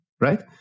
Right